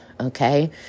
okay